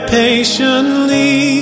patiently